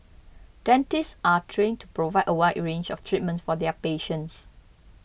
dentists are trained to provide a wide range of treatment for their patients